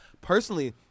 Personally